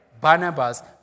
Barnabas